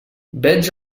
veig